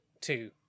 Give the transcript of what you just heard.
two